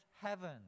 heaven